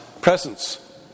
presence